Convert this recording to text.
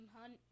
Hunt